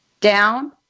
down